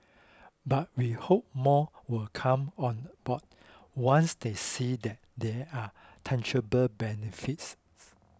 but we hope more will come on board once they see that there are tangible benefits